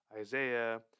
Isaiah